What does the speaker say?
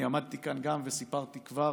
אני עמדתי כאן וסיפרתי כבר